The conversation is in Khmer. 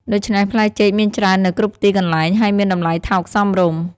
ដូច្នេះផ្លែចេកមានច្រើននៅគ្រប់ទីកន្លែង ហើយមានតម្លៃថោកសមរម្យ។